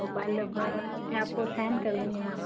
mobile number मैं आपको send कर दूँगी मेम